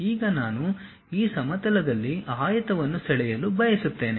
ಈಗ ನಾನು ಈ ಸಮತಲದಲ್ಲಿ ಆಯತವನ್ನು ಸೆಳೆಯಲು ಬಯಸುತ್ತೇನೆ